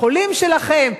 לחולים שלכם,